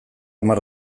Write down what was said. hamar